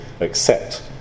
accept